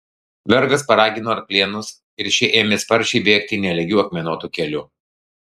vergas paragino arklėnus ir šie ėmė sparčiai bėgti nelygiu akmenuotu keliu